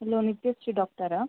hello Nithyashree ಡಾಕ್ಟರಾ